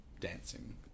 dancing